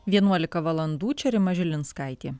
vienuolika valandų čia rima žilinskaitė